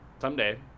Someday